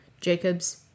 jacob's